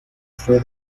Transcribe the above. fue